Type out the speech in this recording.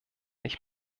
ich